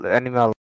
animal